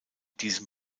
diesem